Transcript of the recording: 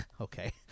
Okay